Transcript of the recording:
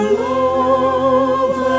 love